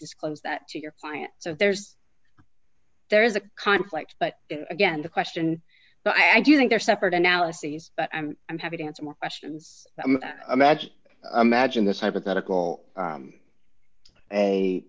disclose that to your client so there's there is a conflict but again the question but i do think they're separate analyses but i'm i'm happy to answer more questions tha